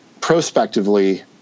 prospectively